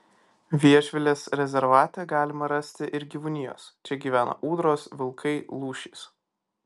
viešvilės rezervate galima rasti ir gyvūnijos čia gyvena ūdros vilkai lūšys